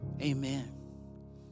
amen